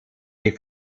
die